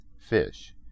Fish